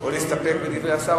או להסתפק בדברי השר,